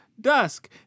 Dusk